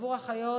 בעבור החיות,